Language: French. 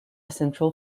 central